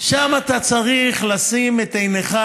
שם אתה צריך לשים את עיניך,